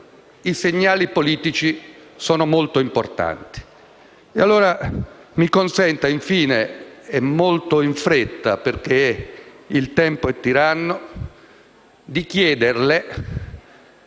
i segnali politici sono molto importanti.